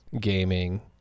gaming